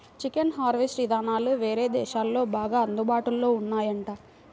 chicken harvest ఇదానాలు వేరే దేశాల్లో బాగా అందుబాటులో ఉన్నాయంట